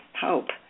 hope